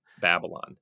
Babylon